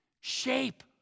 shape